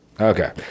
Okay